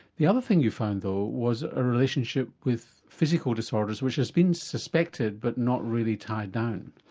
the other thing you found though was a relationship with physical disorders which has been suspected but not really tied down?